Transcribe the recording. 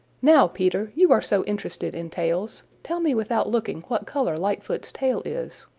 now, peter, you are so interested in tails, tell me without looking what color lightfoot's tail is.